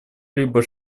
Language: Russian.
либо